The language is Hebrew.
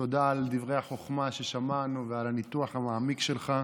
תודה על דברי החוכמה ששמענו ועל הניתוח המעמיק שלך.